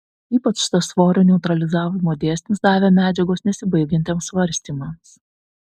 ypač tas svorio neutralizavimo dėsnis davė medžiagos nesibaigiantiems svarstymams